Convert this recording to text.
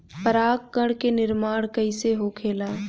पराग कण क निर्माण कइसे होखेला?